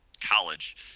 college